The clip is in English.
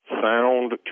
sound